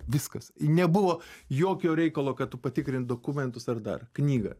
viskas į nebuvo jokio reikalo kad tu patikrink dokumentus ar dar knygą